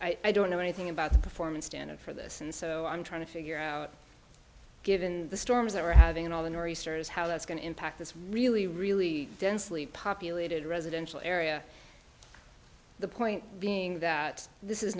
and i don't know anything about the performance standard for this and so i'm trying to figure out given the storms that we're having and all the nor'easters how that's going to impact this really really densely populated residential area the point being that this is